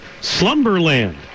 Slumberland